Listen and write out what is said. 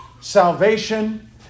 salvation